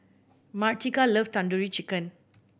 Martika love Tandoori Chicken